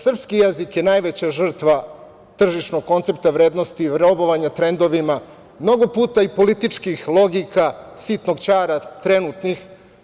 Srpski jezik je najveća žrtva tržišnog koncepta vrednosti, robovanja trendovima, mnogo puta i političkih logika, sitnog ćara trenutnih.